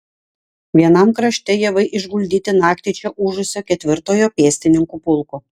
vienam krašte javai išguldyti naktį čia ūžusio ketvirtojo pėstininkų pulko